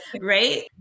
right